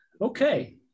okay